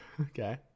Okay